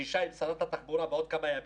פגישה עם שרת התחבורה בעוד כמה ימים,